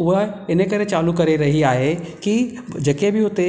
उहा इन करे चालू करे रही आहे की जेके बि हुते